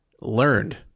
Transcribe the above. learned